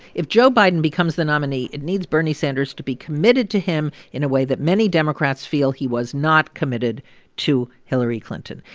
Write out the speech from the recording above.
if joe biden becomes the nominee, it needs bernie sanders to be committed to him in a way that many democrats feel he was not committed to hillary clinton.